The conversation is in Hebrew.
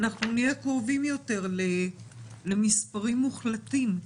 אנחנו נהיה קרובים יותר למספרים מוחלטים.